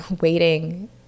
waiting